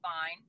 fine